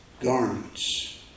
garments